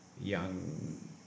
young